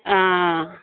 हां